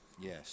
Yes